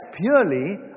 purely